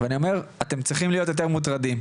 אני אומר, אתם צריכים להיות יותר מוטרדים.